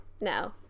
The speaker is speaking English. no